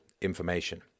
information